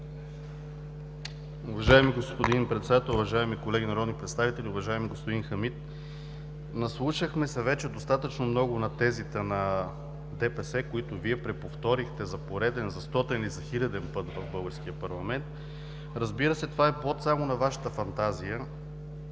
Уважаеми господин Председател, уважаеми колеги народни представители! Уважаеми господин Хамид, наслушахме се достатъчно много на тезите на ДПС, които Вие преповторихте за пореден, за стотен и за хиляден път в българския парламент. Разбира се, това е плод само на Вашата фантазия